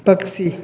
पक्षी